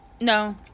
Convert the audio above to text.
No